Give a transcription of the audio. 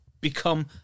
become